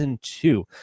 two